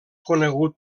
conegut